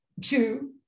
Two